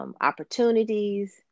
Opportunities